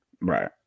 Right